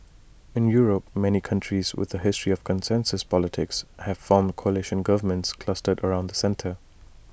in Europe many countries with A history of consensus politics have formed coalition governments clustered around the centre